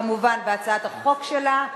כמובן, בהצעת החוק שלה.